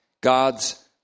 God's